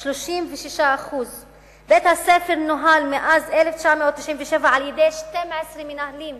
36%. בית-הספר נוהל מאז 1997 על-ידי 12 מנהלים.